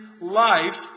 life